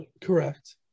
Correct